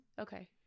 Okay